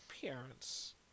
parents